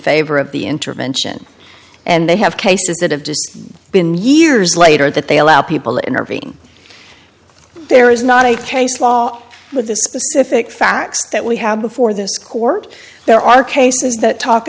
favor of the intervention and they have cases that have just been years later that they allow people to intervene there is not a case law with this specific facts that we have before this court there are cases that talk